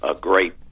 great